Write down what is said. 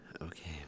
Okay